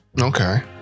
Okay